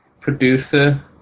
Producer